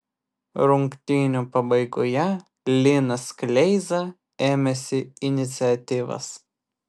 rungtynių pabaigoje linas kleiza ėmėsi iniciatyvos